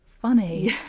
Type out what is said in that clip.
Funny